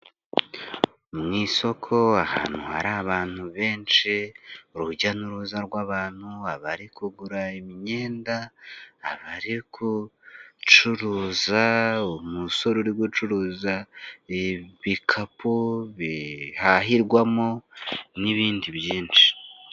Mu isoko ahantu hari abantu benshi, urujya n'uruza rw'abantu, abari kugura imyenda, abari gucuruza, umusore uri gucuruza ibikapu, bihahirwamo n'ibindi byinshi.